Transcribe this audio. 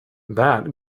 that